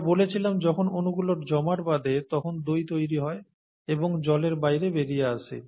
আমরা বলেছিলাম যখন অনুগুলো জমাট বাঁধে তখন দই তৈরি হয় এবং জলের বাইরে বেরিয়ে আসে